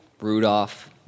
Rudolph